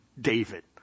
David